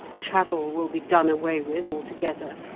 travel will be done away with altogether.